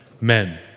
men